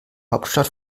hauptstadt